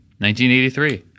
1983